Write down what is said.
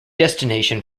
destination